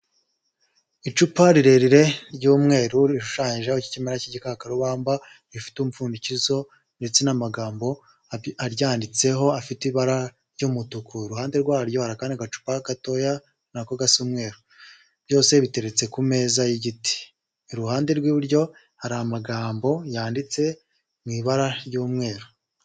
Icupa rirerire ry'umweru rishushanyijeho ikimera cy'igikakarubamba rifite umupfundikizo ndetse n'amagambo aryanditseho afite ibara ry'umutuku, uruhande rwaryo hari akandi gacupa gatoya nako gasa umweru byose biteretse ku meza y'igiti, iruhande rw'iburyo hari amagambo yanditse mu ibara ry'umweru.